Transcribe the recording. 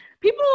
people